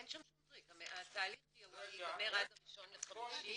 אין שם שום טריק, התהליך ייגמר עד ה-1.5.